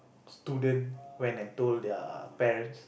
student went and told their parents